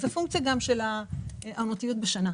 זאת גם פונקציה של עונתיות בשנה.